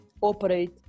operate